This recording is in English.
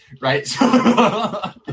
right